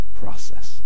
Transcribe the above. process